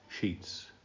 sheets